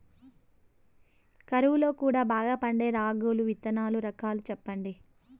కరువు లో కూడా బాగా పండే రాగులు విత్తనాలు రకాలు చెప్పండి?